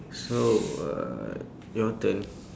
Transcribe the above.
so uh your turn